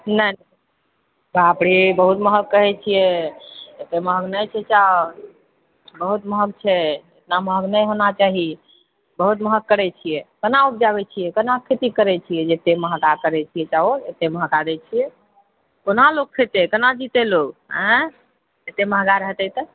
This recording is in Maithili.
नहि बापऽ रे बहुत महग कहैत छिऐ एते महग नहि छै चाउर बहुत महग छै इतना महग नहि होना चाही बहुत महग करैत छिऐ केना उपजाबए छिऐ केना खेती करए छिऐ जे एते महगा करैत छिऐ चाउर एते महगा दए छिऐ कोना लोक खेतए कोना जीतए लोक एँ एते महगा रहतै तऽ